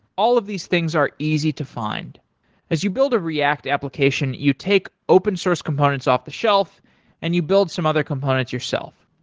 all of these things are easy to find as you build a react application, you take open source components off the shelf and you build some other components yourself.